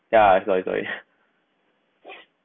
ya sorry sorry